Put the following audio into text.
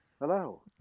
Hello